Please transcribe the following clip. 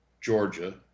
Georgia